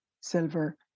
silver